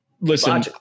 Listen –